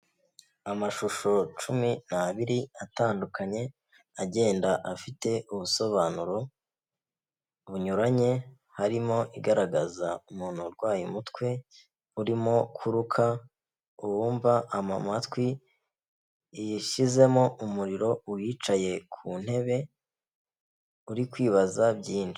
Amashusho cumi n'abiri atandukanye agenda afite ubusobanuro bunyuranye, harimo igaragaza umuntu urwaye umutwe urimo kuruka, uwumva mu amatwi yishyizemo umuriro, uyicaye ku ntebe uri kwibaza byinshi.